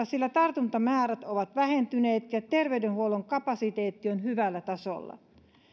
sillä tartuntamäärät ovat vähentyneet ja terveydenhuollon kapasiteetti on hyvällä tasolla